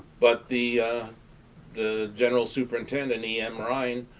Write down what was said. but the the general superintendent, e m. rine,